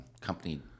company